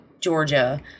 Georgia